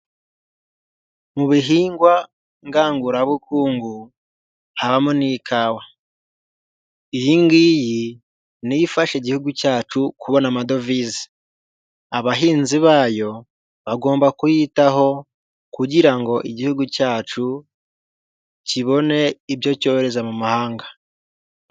Mu bihingwa ngangurabukungu, habamo n'ikawa. Iyi ngiyi niyo ifasha igihugu cyacu kubona amadovize. Abahinzi bayo bagomba kuyitaho, kugira ngo igihugu cyacu kibone ibyo cyohereza mu mahanga.